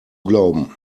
glauben